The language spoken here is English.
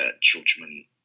judgment